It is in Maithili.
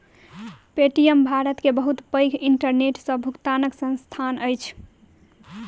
पे.टी.एम भारत के बहुत पैघ इंटरनेट सॅ भुगतनाक संस्थान अछि